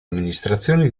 amministrazioni